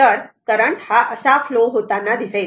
तर करंट हा असा फ्लो होताना दिसेल